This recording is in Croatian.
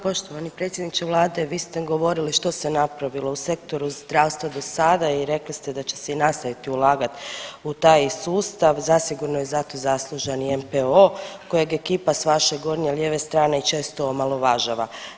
Poštovani predsjedniče vlade, vi ste govorili što se napravilo u sektoru zdravstva do sada i rekli ste da će se i nastaviti ulagat u taj sustav, zasigurno je zato zaslužan i NPOO kojeg ekipa s vaše gornje lijeve strane često omalovažava.